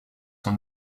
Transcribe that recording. son